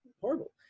horrible